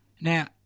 Now